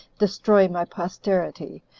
destroy my posterity,